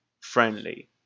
friendly